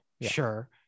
Sure